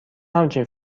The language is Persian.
همچین